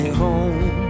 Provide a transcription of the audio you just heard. home